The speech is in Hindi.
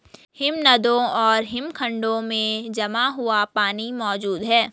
हिमनदों और हिमखंडों में जमा हुआ पानी मौजूद हैं